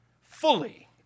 fully